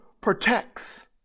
protects